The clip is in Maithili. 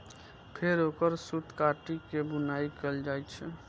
फेर ओकर सूत काटि के बुनाइ कैल जाइ छै